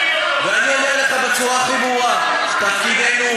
ואני אומר לך בצורה הכי ברורה: תפקידנו